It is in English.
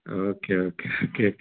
okay okay okay